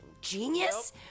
genius